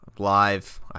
live